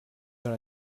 dans